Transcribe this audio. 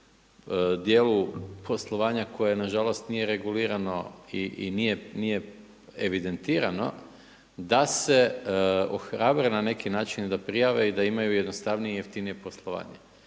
u dijelu poslovanja koje na žalost nije regulirano i nije evidentirano da se ohrabre na neki način i da prijave i da imaju jednostavnije i jeftinije poslovanje.